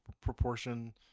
proportion